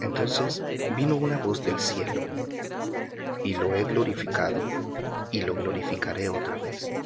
entonces vino una voz del cielo y lo he glorificado y lo glorificaré otra vez